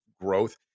growth